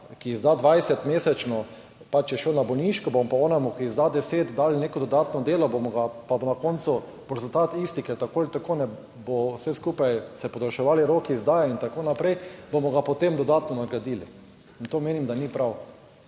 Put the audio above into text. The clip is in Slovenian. ki izda 20 mesečno, pa če je šel na bolniško, bomo pa onemu, ki izda deset dali neko dodatno delo, bomo pa, bo na koncu, bo rezultat isti, ker tako ali tako ne bo vse skupaj se podaljševalo roki izdaje in tako naprej. Bomo ga, potem dodatno nagradili in to menim, da ni prav.